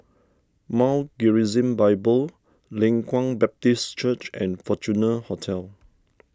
Mount Gerizim Bible Leng Kwang Baptist Church and Fortuna Hotel